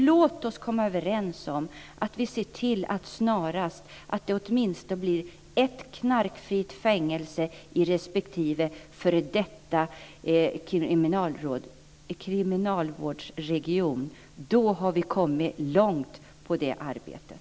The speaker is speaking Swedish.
Låt oss komma överens om att se till att det snarast blir åtminstone ett knarkfritt fängelse i varje f.d. kriminalvårdsregion. Då har vi kommit långt i det arbetet.